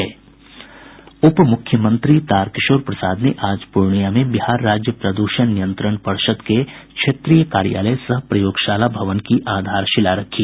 उप मुख्यमंत्री तारकिशोर प्रसाद ने आज पूर्णिया में बिहार राज्य प्रदूषण नियंत्रण पर्षद् के क्षेत्रीय कार्यालय सह प्रयोगशाला भवन की आशारशीला रखी